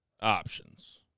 options